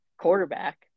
quarterback